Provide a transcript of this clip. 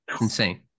insane